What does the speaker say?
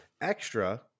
Extra